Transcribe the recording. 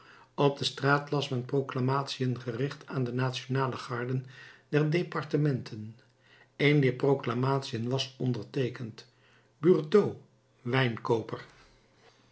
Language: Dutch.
op de straat las men proclamatiën gericht aan de nationale garden der departementen een dier proclamatiën was onderteekend burtot